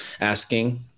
asking